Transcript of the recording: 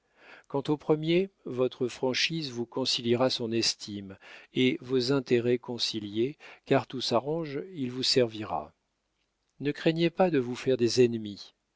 quant au premier votre franchise vous conciliera son estime et vos intérêts conciliés car tout s'arrange il vous servira ne craignez pas de vous faire des ennemis